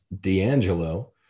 D'Angelo